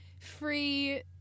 free